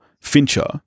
Fincher